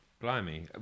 Blimey